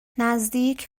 نزدیک